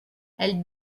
elle